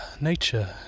Nature